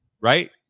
Right